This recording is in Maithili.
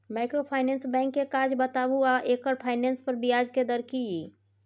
माइक्रोफाइनेंस बैंक के काज बताबू आ एकर फाइनेंस पर ब्याज के दर की इ?